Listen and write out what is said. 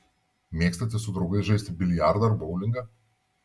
mėgstate su draugais žaisti biliardą ar boulingą